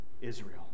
Israel